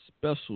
special